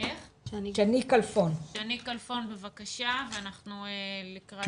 שהקורונה היא אכן דבר שלילי לכולנו, אבל נוצרה